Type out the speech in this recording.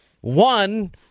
One